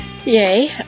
Yay